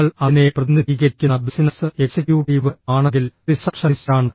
നിങ്ങൾ അതിനെ പ്രതിനിധീകരിക്കുന്ന ബിസിനസ് എക്സിക്യൂട്ടീവ് ആണെങ്കിൽ റിസപ്ഷനിസ്റ്റാണ്